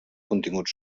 contingut